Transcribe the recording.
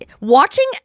watching